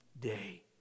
day